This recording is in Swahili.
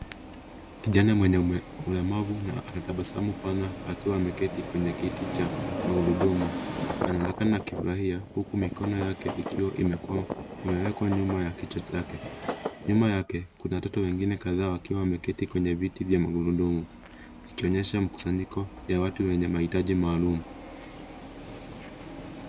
Kijana mwenye ulemavu anacheka na anatabasamu pana akiwa ameketi kwenye kiti cha magurudumu. Anaonekana akifurahia huku mikono yake ikiwa imewekwa nyuma ya kiti chake. Nyuma yake kuna watoto wengine kadhaa wakiwa wamekaa kwenye viti vya magurudumu, ikionyesha mkusanyiko wa watu wenye mahitaji maalum.